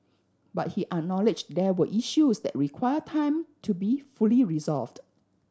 but he acknowledged there were issues that require time to be fully resolved